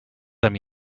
them